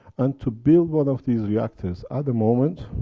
and to build one of these reactors, at the moment,